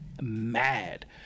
mad